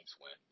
went